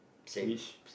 which